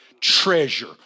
treasure